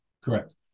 Correct